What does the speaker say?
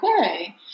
okay